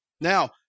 Now